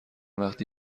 وقتی